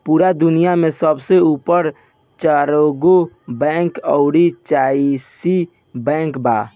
पूरा दुनिया में सबसे ऊपर मे चरगो बैंक अउरी चाइनीस बैंक बा